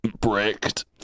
Bricked